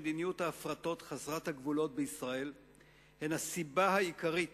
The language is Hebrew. מדיניות ההפרטות חסרת הגבולות בישראל היא הסיבה העיקרית